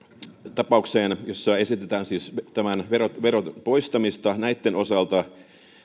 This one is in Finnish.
tapaukseen jossa esitetään siis perintö ja lahjaveron poistamista sukupolvenvaihdosten osalta